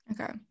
Okay